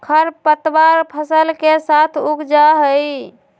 खर पतवार फसल के साथ उग जा हई